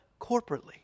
corporately